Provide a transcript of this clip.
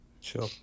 Sure